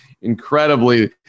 incredibly